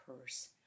purse